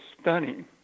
stunning